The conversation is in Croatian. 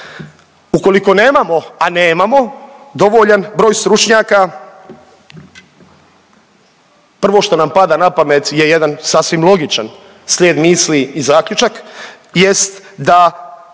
ukoliko nemamo, a nemamo dovoljan broj stručnjaka prvo što nam pada na pamet je jedan sasvim logičan slijed misli i zaključak